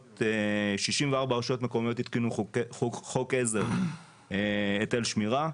64 רשויות מקומיות התקינו חוקי עזר של היטל שמירה,